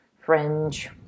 fringe